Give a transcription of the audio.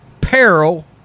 peril